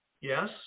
Yes